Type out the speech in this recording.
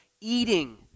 eating